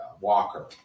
Walker